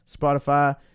Spotify